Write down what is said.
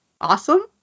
Awesome